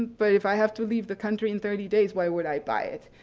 but if i have to leave the country in thirty days why would i buy it?